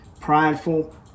prideful